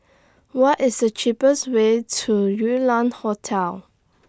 What IS The cheapest Way to Yew Lam Hotel